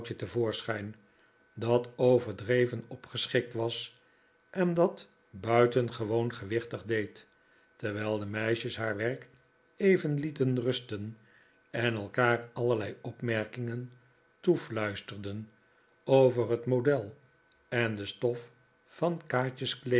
dat overdreven opgeschikt was en dat buitengewoon gewichtig deed terwijl de meisjes haar werk even lieten rusten en elkaar allerlei opmerkingen toefluisterden over het model en de stof van